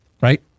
right